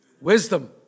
Wisdom